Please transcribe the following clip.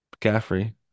McCaffrey